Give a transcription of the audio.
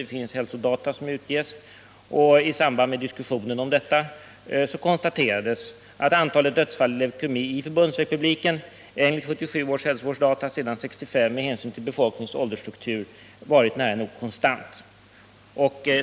Det finns vissa hälsodata som utges, och i samband med diskussionen av dessa kunde konstateras, enligt 1977 års hälsovårdsdata, att antalet dödsfall på grund av leukemi i förbundsrepubliken sedan 1965 med hänsyn till befolkningens åldersstruktur varit nära nog konstant.